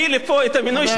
לא היית אומר.